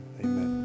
amen